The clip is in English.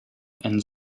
and